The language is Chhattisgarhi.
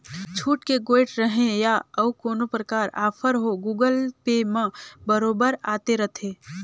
छुट के गोयठ रहें या अउ कोनो परकार आफर हो गुगल पे म बरोबर आते रथे